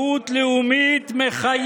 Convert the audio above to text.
מי מנסה?